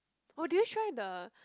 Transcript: oh did you try the